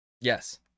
Yes